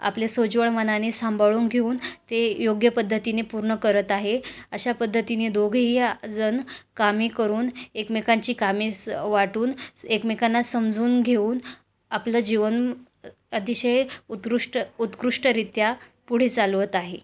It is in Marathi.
आपले सोज्वळ मनाने सांभाळून घेऊन ते योग्य पद्धतीने पूर्ण करत आहे अशा पद्धतीने दोघेही आ जण कामे करून एकमेकांची कामे स वाटून एकमेकांना समजून घेऊन आपलं जीवन अतिशय उत्कृष्ट उत्कृष्टरीत्या पुढे चालवत आहे